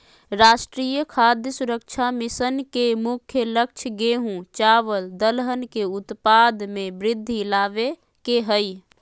राष्ट्रीय खाद्य सुरक्षा मिशन के मुख्य लक्ष्य गेंहू, चावल दलहन के उत्पाद में वृद्धि लाबे के हइ